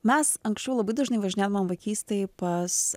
mes anksčiau labai dažnai važinėdavom vaikystėj pas